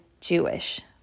Jewish